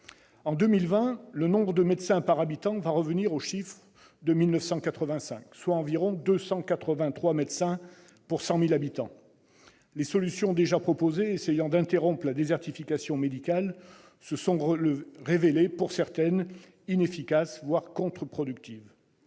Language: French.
du nombre de médecins par habitant, nous reviendrons aux chiffres de 1985, soit 283 médecins pour 100 000 habitants. Les solutions déjà proposées visant à interrompre la désertification médicale se sont révélées pour l'instant inefficaces, voire contre-productives.